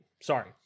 sorry